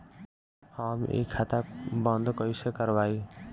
हम इ खाता बंद कइसे करवाई?